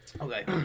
Okay